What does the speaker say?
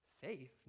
Safe